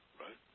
Right